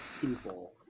people